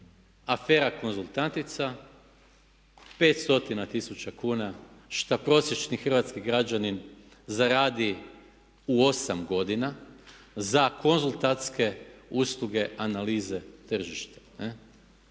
afera konzultantica 500 tisuća kuna, što prosječni hrvatski građanin zaradi u 8 godina za konzultantske usluge analize tržišta